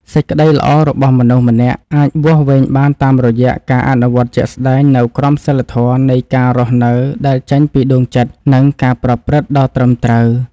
សេចក្តីល្អរបស់មនុស្សម្នាក់អាចវាស់វែងបានតាមរយៈការអនុវត្តជាក់ស្តែងនូវក្រមសីលធម៌នៃការរស់នៅដែលចេញពីដួងចិត្ត និង ការប្រព្រឹត្តដ៏ត្រឹមត្រូវ។